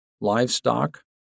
livestock